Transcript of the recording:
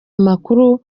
amakuru